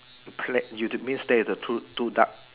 clad you did means that there are two two duck